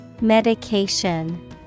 Medication